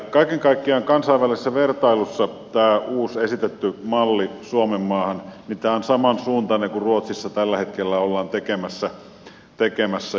kaiken kaikkiaan kansainvälisessä vertailussa tämä uusi esitetty malli suomenmaahan on samansuuntainen kuin mitä ruotsissa tällä hetkellä ollaan tekemässä